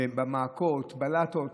במעקות ובבלטות.